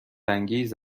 انگیز